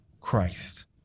Christ